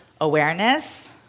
awareness